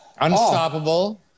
unstoppable